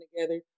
together